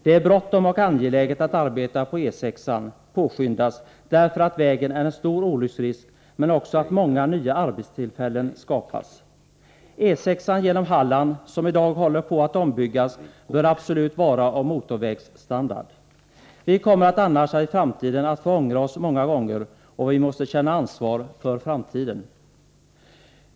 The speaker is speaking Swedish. Det är bråttom och angeläget att arbetet på E 6-an påskyndas, eftersom vägen är förenad med en stor olycksrisk men också därför att många nya arbetstillfällen därigenom skulle skapas. E 6-an genom Halland, som i dag håller på att ombyggas, bör absolut vara av motorvägsstandard. Vi kommer annars att i framtiden få ångra oss många gånger. Och vi måste känna ansvar för framtiden.